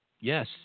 yes